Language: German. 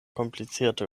komplizierte